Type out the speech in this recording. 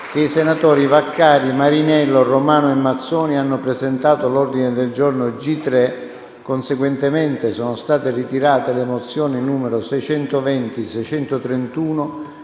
che i senatori Vaccari, Marinello, Romano e Mazzoni hanno presentato l'ordine del giorno G3. Conseguentemente, sono state ritirate le mozioni nn. 620, 631